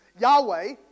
Yahweh